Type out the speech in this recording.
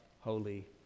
holy